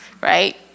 right